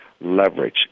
leverage